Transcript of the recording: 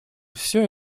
все